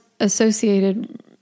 associated